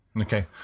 okay